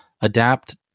adapt